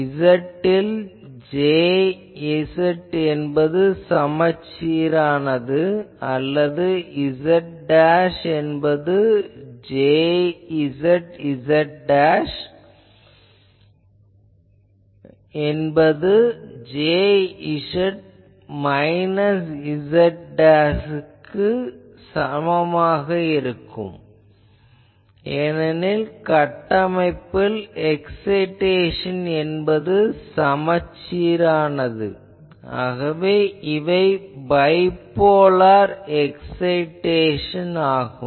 z ல் Jz என்பது சமச்சீரானது அல்லது z அதாவது Jzz என்பது Jz z என்பதற்குச் சமம் ஏனெனில் கட்டமைப்பில் எக்சைடேஷன் என்பது சமச்சீரானது ஆகவே இவை பைபோலார் எக்சைடேஷன் ஆகும்